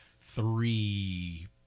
three